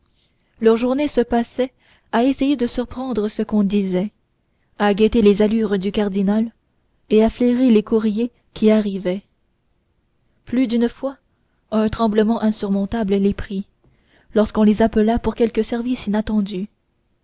leurs journées se passaient à essayer de surprendre ce qu'on disait à guetter les allures du cardinal et à flairer les courriers qui arrivaient plus d'une fois un tremblement insurmontable les prit lorsqu'on les appela pour quelque service inattendu